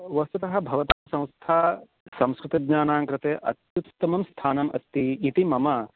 वस्तुतः भवतः संस्था संस्कृतज्ञानां कृते अत्युत्तमं स्थानम् अस्ति इति मम